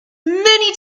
many